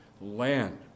land